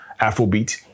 Afrobeat